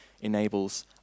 enables